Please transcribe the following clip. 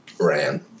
ran